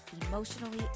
emotionally